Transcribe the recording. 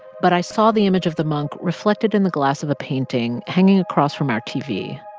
but i saw the image of the monk reflected in the glass of a painting hanging across from our tv.